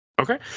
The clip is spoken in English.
Okay